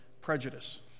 prejudice